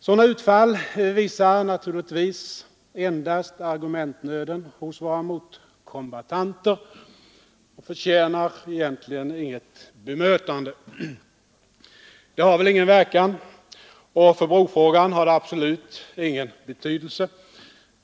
Sådana utfall visar ju bara argumentnöden hos våra motståndare och förtjänar egentligen inget bemötande. Det har väl ingen verkan. Och för brofrågan har det absolut ingen betydelse.